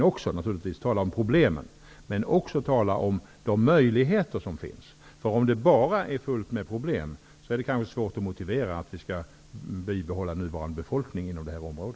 Vi skall naturligtvis också göra det, men dessutom peka på de möjligheter som finns. Om det bara är fullt med problem, är det kanske svårt att motivera att vi skall bibehålla nuvarande befolkning inom detta område.